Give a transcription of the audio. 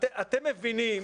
אתם מבינים?